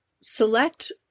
select